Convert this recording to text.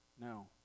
No